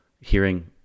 Hearing